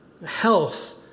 Health